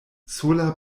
sola